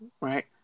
right